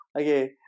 okay